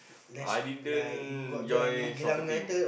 I didn't join soccer team